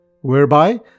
whereby